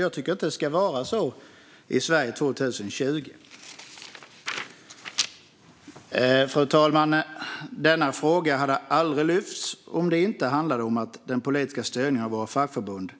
Jag tycker inte att det ska vara så i Sverige 2020. Fru talman! Denna fråga hade aldrig lyfts om det inte handlade om den politiska styrningen av våra fackförbund.